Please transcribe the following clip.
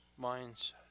mindset